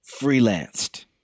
freelanced